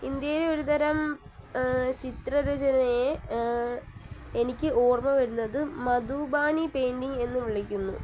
ഇന്ത്യയിലെ ഒരുതരം ചിത്രരചനയെ എനിക്ക് ഓർമ്മ വരുന്നത് മധുബാനി പെയിൻ്റിങ് എന്നു വിളിക്കുന്നു